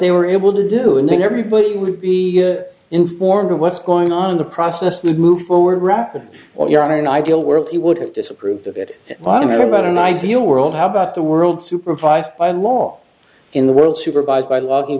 they were able to do and then everybody would be informed of what's going on the process to move forward rapidly or you're on an ideal world he would have disapproved of it one of about an ideal world how about the world supervised by law in the world supervised by law he